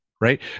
right